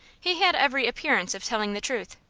he had every appearance of telling the truth.